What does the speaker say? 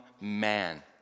man